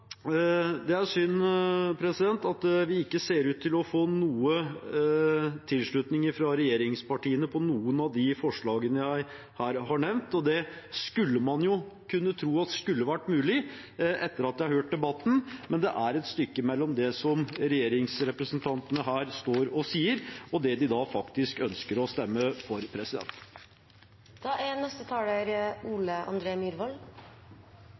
Det er synd at vi ikke ser ut til å få noen tilslutning fra regjeringspartiene til noen av de forslagene jeg her har nevnt. Det skulle man jo tro hadde vært mulig etter at jeg har hørt debatten, men det er et stykke mellom det som regjeringsrepresentantene står her og sier, og det de faktisk ønsker å stemme for.